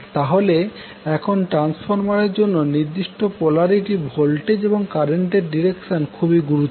তাহলে এখন ট্রান্সফরমারের জন্য নির্দিষ্ট পোলারিটি ভোল্টেজ এবং কারেন্টের ডিরেকশন খুবই গুরুত্বপূর্ণ